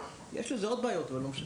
יש לזה עוד בעיות, אבל לא משנה.